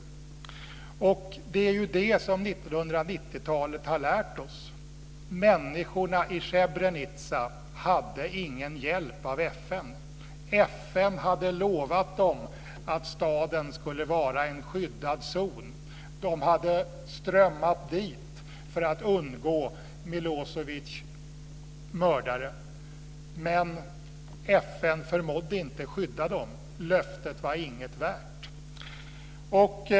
Det är ju det som 1990-har lärt oss: Människorna i Srebrenica hade ingen hjälp av FN. FN hade lovat dem att staden skulle vara en skyddad zon. De hade strömmat dit för att undgå Milo evics mördare. Men FN förmådde inte skydda dem. Löftet var inget värt.